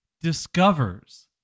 discovers